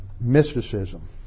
mysticism